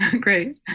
Great